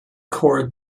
cord